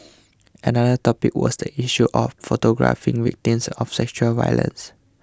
another topic was the issue of photographing victims of sexual violence